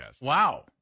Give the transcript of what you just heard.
Wow